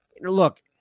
look